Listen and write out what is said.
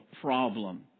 problem